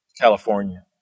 California